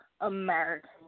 American